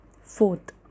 Fourth